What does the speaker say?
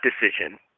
decision